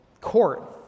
court